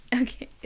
Okay